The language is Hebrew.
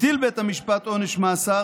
"הטיל בית המשפט עונש מאסר,